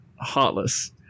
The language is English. Heartless